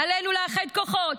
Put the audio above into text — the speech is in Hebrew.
"עלינו לאחד כוחות,